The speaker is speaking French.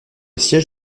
siège